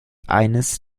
eines